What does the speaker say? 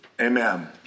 Amen